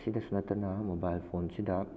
ꯃꯁꯤꯗꯁꯨ ꯅꯠꯇꯅ ꯃꯣꯕꯥꯏꯜ ꯐꯣꯟꯁꯤꯗ